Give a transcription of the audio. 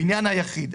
בעניין היחיד,